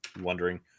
wondering